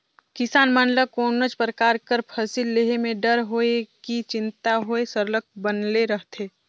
किसान मन ल कोनोच परकार कर फसिल लेहे में डर होए कि चिंता होए सरलग बनले रहथे